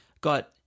Got